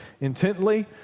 intently